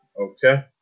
Okay